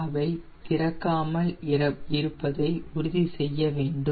இவை திறக்காமல் இருப்பதை உறுதி செய்ய வேண்டும்